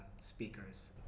speakers